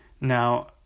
Now